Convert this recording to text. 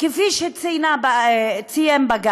כפי שציין בג"ץ,